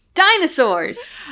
dinosaurs